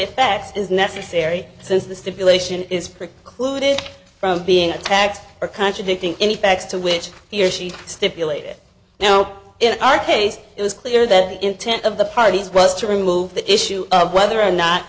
that is necessary since the stipulation is precluded from being attacked or contradicting any facts to which he or she stipulated no in our case it was clear that the intent of the parties was to remove the issue of whether or not